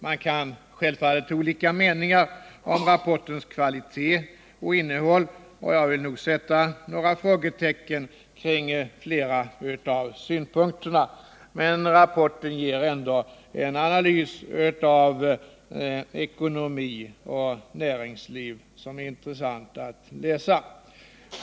Man kan självfallet ha olika meningar om rapportens kvalitet och innehåll, och jag vill nog sätta några frågetecken kring flera av synpunkterna, men rapporten ger ändå en analys av ekonomi och näringsliv som är intressant att läsa.